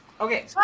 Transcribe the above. Okay